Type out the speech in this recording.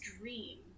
dream